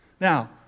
Now